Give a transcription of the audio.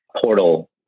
portal